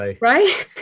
Right